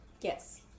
Yes